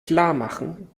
klarmachen